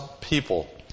people